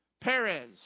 Perez